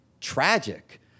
tragic